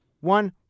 one